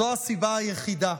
זו הסיבה היחידה.